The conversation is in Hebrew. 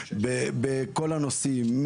בכל הנושאים,